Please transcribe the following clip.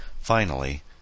Finally